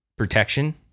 Protection